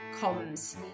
comms